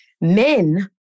men